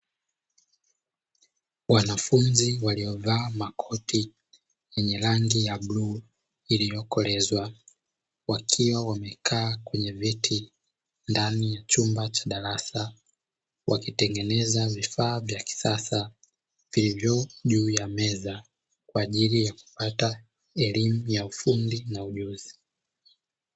Wanafunzi waliyovaa makoti yenye rangi ya bluu iliyokolezwa, wakiwa wamekaa kwenye viti ndani ya chumba cha darasa, wakitengeneza vifaa vya kisasa vilivyo juu ya meza, kwa ajili ya kupata elimu ya ufundi na ujuzi.